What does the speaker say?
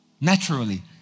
Naturally